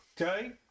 okay